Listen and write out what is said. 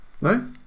no